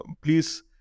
Please